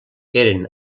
eren